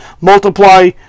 multiply